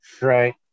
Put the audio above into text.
Right